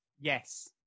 yes